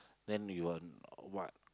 then you're what